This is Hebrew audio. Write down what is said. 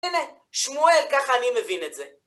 הנה, שמואל, כך אני מבין את זה.